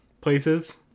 places